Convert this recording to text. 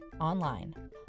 online